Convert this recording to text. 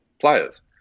players